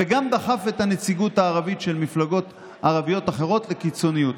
וגם דחף את הנציגות הערבית של מפלגות ערביות אחרות לקיצוניות.